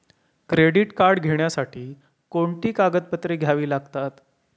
Credit card घेण्यासाठी कोणती कागदपत्रे घ्यावी लागतात?